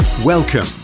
Welcome